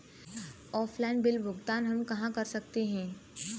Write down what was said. Offline bill भुगतान हम कहां कर सकते हैं?